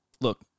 Look